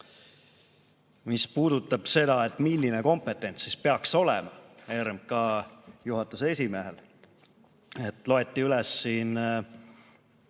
Mis puudutab seda, milline kompetents siis peaks olema RMK juhatuse esimehel. Loeti üles siin